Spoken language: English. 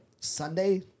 Sunday